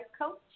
coach